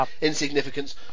insignificance